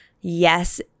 Yes